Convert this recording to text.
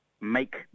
make